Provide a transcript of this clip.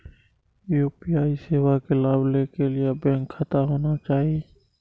UPI सेवा के लाभ लै के लिए बैंक खाता होना चाहि?